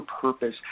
purpose